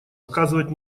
оказывать